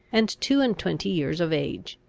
and two-and-twenty years of age.